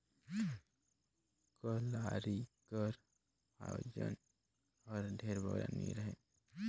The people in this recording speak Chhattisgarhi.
कलारी कर ओजन हर ढेर बगरा नी रहें